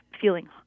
feeling